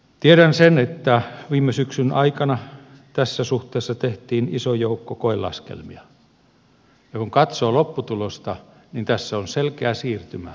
tiedän sen että viime syksyn aikana tässä suhteessa tehtiin iso joukko koelaskelmia ja kun katsoo lopputulosta niin tässä on selkeä siirtymä keskuskaupunkien suuntaan